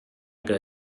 que